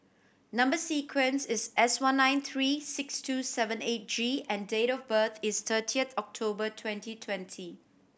number sequence is S one nine three six two seven eight G and date of birth is thirtieth October twenty twenty